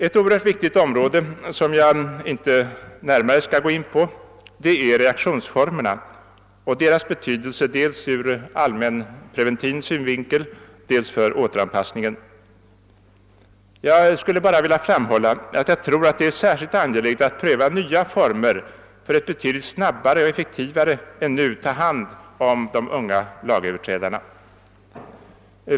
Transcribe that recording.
Ett synnerligen viktigt område, som jag dock här inte närmare skall gå in på, är reaktionsformerna och deras betydelse dels ur allmänpreventiv synvinkel, dels för återanpassningen. Jag vill endast framhålla att jag tror det är särskilt angeläget att pröva nya former för att betydligt snabbare och effektivare än nu ta hand om de unga lagöverträdarna.